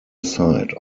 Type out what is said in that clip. site